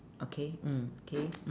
okay mm okay